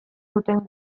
duten